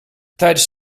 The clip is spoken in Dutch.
tijdens